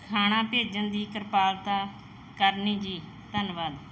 ਖਾਣਾ ਭੇਜਣ ਦੀ ਕਿਰਪਾਲਤਾ ਕਰਨੀ ਜੀ ਧੰਨਵਾਦ